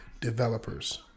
developers